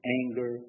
anger